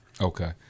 Okay